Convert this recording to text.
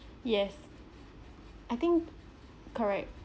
yes I think correct